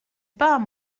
pas